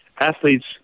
athletes